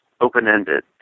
open-ended